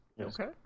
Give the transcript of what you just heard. Okay